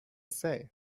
say